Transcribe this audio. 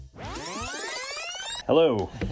Hello